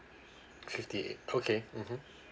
fifty eight okay mmhmm